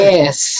Yes